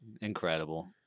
Incredible